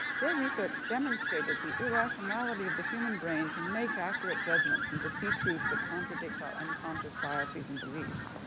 their research demonstrated the irrationality of the human brain to make accurate judgments and to see truths that contradict our unconscious biases and beliefs.